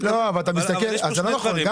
זה לא נכון.